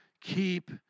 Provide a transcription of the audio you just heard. Keep